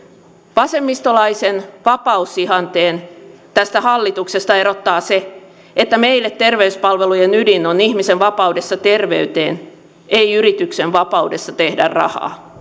vasemmistolaisen vapausihanteen tästä hallituksesta erottaa se että meille terveyspalvelujen ydin on ihmisen vapaudessa terveyteen ei yrityksen vapaudessa tehdä rahaa